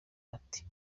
ati